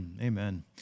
Amen